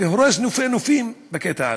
והורס נופים בקטע הזה.